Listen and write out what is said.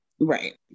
Right